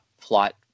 plot